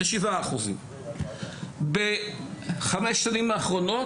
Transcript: זה 7%. בחמש השנים האחרונות,